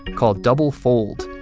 called double fold.